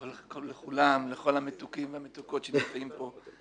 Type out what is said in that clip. לכולם, לכל המתוקים והמתוקות שנמצאים פה.